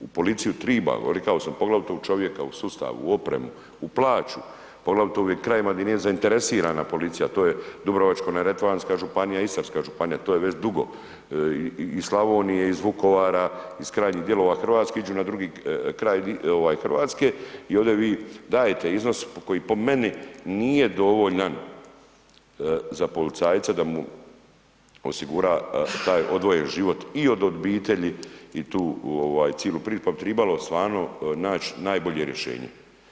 U policiju triba, rekao sam poglavito u čovjeka, u sustav, u opremu, u plaću, poglavito u ovim krajevima gdje nije zainteresirana policija to je Dubrovačko-neretvanska županija i Istarska županija, to je već dugo iz Slavonije, iz Vukovara, iz krajnjih dijelova RH iđu na drugi kraj RH i ovdje vi dajete iznos koji po meni nije dovoljan za policajca da mu osigura taj odvojen život i od obitelji i tu cilu priču, pa bi tribalo stvarno nać najbolje rješenje.